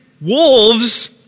wolves